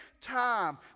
time